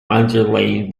underlain